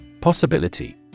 Possibility